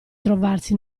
trovarsi